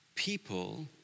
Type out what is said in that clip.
people